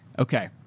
okay